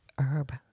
herb